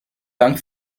dank